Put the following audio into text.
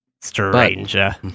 stranger